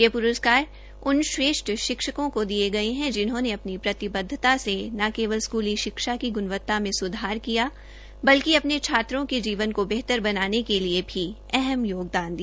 ये प्रस्कार उन श्रेष्ठ शिक्षकों को दिये गऐ है जिन्होंने अपनी प्रतिबद्वता से न केवल स्कूली शिक्षा की ग्णवत्ता में स्धार किये बल्कि अपने छात्रों के जीवन को बेहतर बनाने के लिए भी अहम योगदान दिया